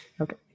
Okay